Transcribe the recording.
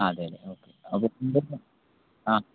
ആ അതെ അല്ലെ ഓക്കേ ആ